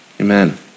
Amen